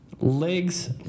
Legs